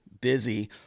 busy